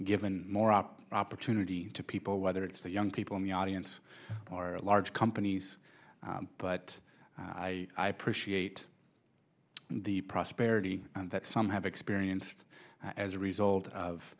given more up opportunity to people whether it's the young people in the audience or a large companies but i i appreciate the prosperity that some have experienced as a result